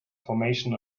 formation